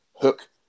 hook